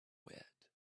wet